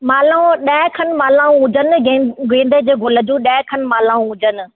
मालाऊं ॾह खनि मालाऊं हुजनि गेंदे जे गुल जूं ॾह खनि मालाऊं हुजनि